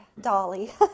Dolly